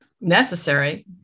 necessary